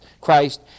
Christ